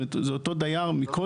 זאת אומרת, זה אותו דייר מקודם.